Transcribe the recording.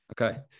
Okay